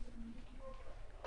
בבקשה.